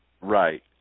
Right